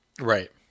Right